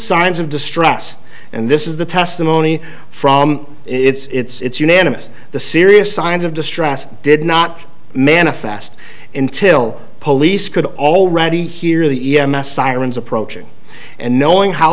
signs of distress and this is the testimony from it's unanimous the serious signs of distress did not manifest until police could already hear the e m s sirens approaching and knowing how